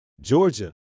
Georgia